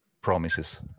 promises